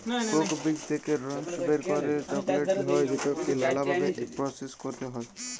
Coke বীজ থেক্যে রস বের করে চকলেট হ্যয় যেটাকে লালা ভাবে প্রসেস ক্যরতে হ্য়য়